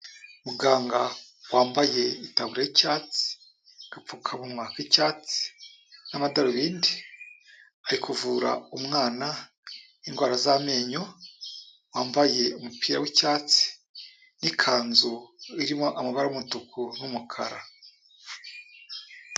Muganga wambaye itaburiya y'icyatsi, agapfukamunwa k'icyatsi n'amadarubindi, ari kuvura umwana indwara z'amenyo wambaye umupira w'icyatsi, n'ikanzu irimo amabara y'umutuku n'umukara.